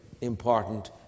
important